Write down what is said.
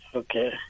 okay